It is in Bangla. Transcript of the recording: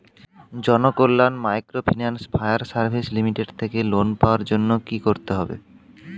Janakalyan microfinance fire service limited থেকে লোন পাওয়ার জন্য কি করতে হবে?